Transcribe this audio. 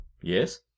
Yes